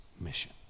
mission